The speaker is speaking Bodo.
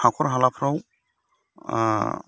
हाखर हालाफ्राव